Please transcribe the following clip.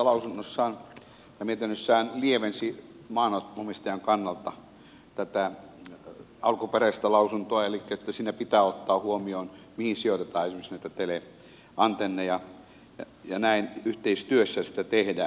valiokuntahan itse asiassa mietinnössään lievensi maanomistajan kannalta tätä alkuperäistä lausuntoa elikkä siinä pitää ottaa huomioon mihin sijoitetaan esimerkiksi näitä teleantenneja ja näin yhteistyössä sitä tehdään